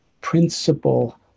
principle